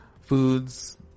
Foods